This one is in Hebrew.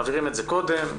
מעבירים את זה קודם,